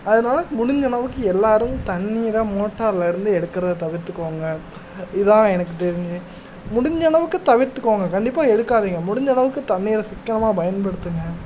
அதனால் முடிஞ்சளவுக்கு எல்லாரும் தண்ணீரை மோட்டார்லேருந்து எடுக்கிறது தவிர்த்துக்கோங்கள் இதுதான் எனக்கு தெரிந்து முடிஞ்சளவுக்கு தவிர்த்துக்கோங்கள் கண்டிப்பாக எடுக்காதீங்கள் முடிந்தளவுக்கு தண்ணீரை சிக்கனமாக பயன்படுத்துங்கள்